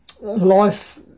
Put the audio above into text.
life